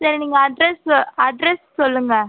சரி நீங்கள் address address சொல்லுங்கள்